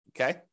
Okay